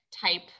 type